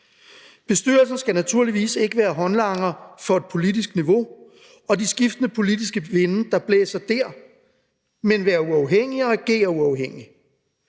Bestyrelsen skal naturligvis ikke være håndlanger for et politisk niveau og de skiftende politiske vinde, der blæser der, men være uafhængig og agere uafhængigt.